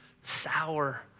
sour